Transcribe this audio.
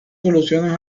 soluciones